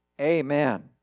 Amen